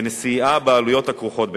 ונשיאה בעלויות הכרוכות בכך.